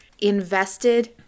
invested